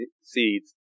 Seeds